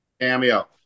Cameo